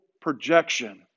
projection